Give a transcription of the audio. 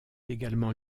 également